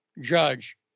judge